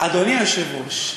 אדוני היושב-ראש,